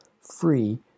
free